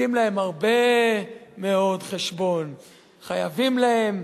דופקים להם חשבון, הרבה מאוד, חייבים להם,